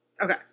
Okay